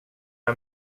jag